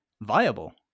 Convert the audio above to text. viable